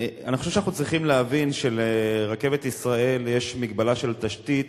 אני חושב שאנחנו צריכים להבין שלרכבת ישראל יש מגבלה של תשתית,